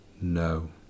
No